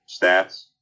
stats